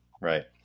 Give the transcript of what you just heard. Right